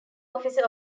officer